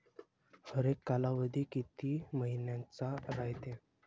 हरेक कालावधी किती मइन्याचा रायते?